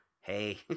hey